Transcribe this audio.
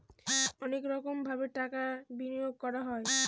অনেক রকমভাবে টাকা বিনিয়োগ করা হয়